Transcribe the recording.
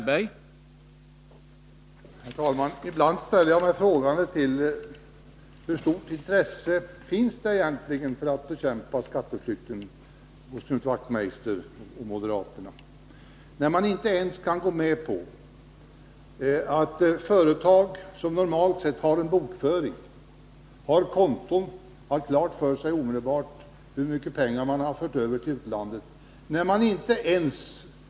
Herr talman! Ibland ställer jag mig frågande till hur stort intresse det egentligen finns hos Knut Wachtmeister och moderaterna för att bekämpa skatteflykten, när de inte ens kan gå med på att företag, som normalt sett har en bokföring och också omedelbart kan se hur mycket pengar de har fört över till utlandet, skall lämna uppgift om detta.